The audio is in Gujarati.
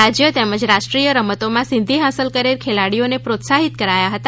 રાજય તેમજ રાષ્રીલ ય રમતોમાં સિધ્ધિ હાંસલ કરેલ ખેલાડીઓને પ્રોત્સાહિત કરાયા હતા